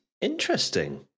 Interesting